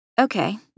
Okay